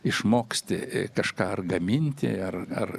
išmoksti kažką gaminti ar ar